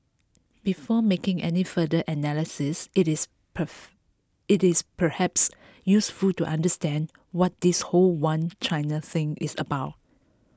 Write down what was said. before making any further analysis it is puff it is perhaps useful to understand what this whole One China thing is about